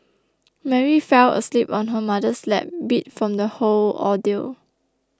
Mary fell asleep on her mother's lap beat from the whole ordeal